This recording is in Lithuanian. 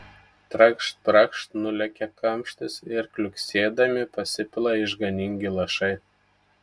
trakšt brakšt nulekia kamštis ir kliuksėdami pasipila išganingi lašai